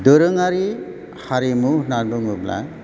दारोङारि हारिमु होन्नानै बुङोब्ला